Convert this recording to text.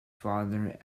father